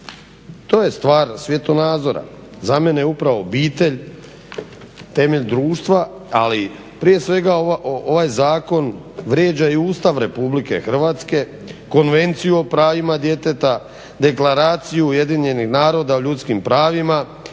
To je stvar svjetonazora. Za mene je upravo obitelj temelj društva. Ali prije svega ovaj zakon vrijeđa i Ustav Republike Hrvatske, Konvenciju o pravima djeteta, Deklaraciju UN-a o ljudskim pravima,